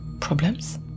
Problems